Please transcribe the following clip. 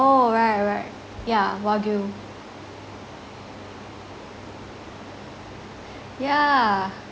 oh right right yeah wagyu yeah